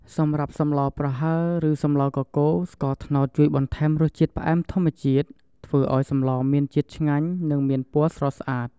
សម្រាប់សម្លប្រហើរឬសម្លកកូរ ស្ករត្នោតជួយបន្ថែមរសជាតិផ្អែមធម្មជាតិ ធ្វើឱ្យសម្លមានជាតិឆ្ងាញ់ និងមានពណ៌ស្រស់ស្អាត។